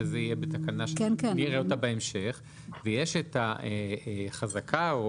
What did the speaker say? שזה יהיה בתקנה שנראה אותה בהמשך ויש את החזקה או